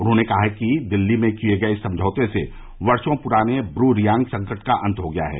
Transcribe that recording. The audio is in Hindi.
उन्होंने कहा कि दिल्ली में किए गए इस समझौते से वर्षो पुराने ब्र रियांग संकट का अंत हो गया है